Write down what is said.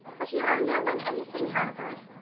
but you owe no one anything, halvard!